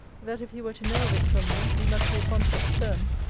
that if he were to know of it from me, we must be upon such terms,